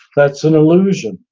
that's an illusion